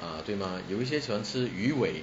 ah 对吗有些喜欢吃鱼尾